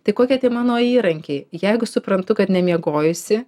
tai kokie tie mano įrankiai jeigu suprantu kad nemiegojusi